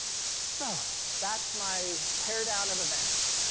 so that's my tear-down of events.